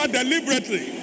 deliberately